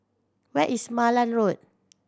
where is Malan Road